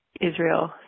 Israel